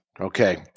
Okay